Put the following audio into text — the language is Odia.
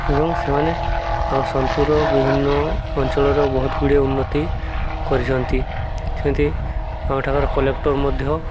ଏବଂ ସେମାନେ ଆମ ସୋନପୁରର ବିଭିନ୍ନ ଅଞ୍ଚଳର ବହୁତ ଗୁଡ଼ିଏ ଉନ୍ନତି କରିଛନ୍ତି ସେମିତି ଆମ ଏଠାକାର କଲେକ୍ଟର ମଧ୍ୟ